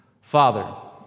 Father